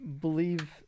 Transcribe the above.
believe